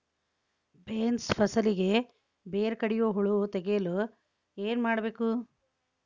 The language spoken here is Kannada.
ಬೇನ್ಸ್ ಫಸಲಿಗೆ ಬೇರು ಕಡಿಯುವ ಹುಳು ತಡೆಯಲು ಏನು ಮಾಡಬೇಕು?